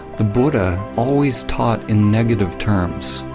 the buddha always taught in negative terms.